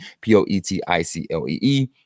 P-O-E-T-I-C-L-E-E